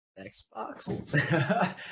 Xbox